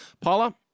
Paula